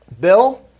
Bill